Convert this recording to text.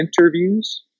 interviews